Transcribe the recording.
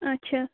اَچھا